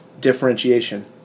differentiation